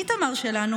איתמר שלנו,